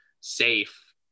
safe